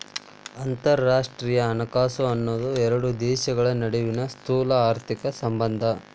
ಅಂತರರಾಷ್ಟ್ರೇಯ ಹಣಕಾಸು ಅನ್ನೋದ್ ಎರಡು ದೇಶಗಳ ನಡುವಿನ್ ಸ್ಥೂಲಆರ್ಥಿಕ ಸಂಬಂಧ